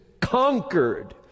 conquered